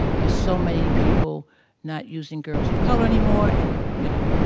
there's so many people not using girls of color anymore and, you know,